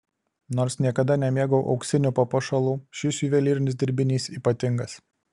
nors niekada nemėgau auksinių papuošalų šis juvelyrinis dirbinys ypatingas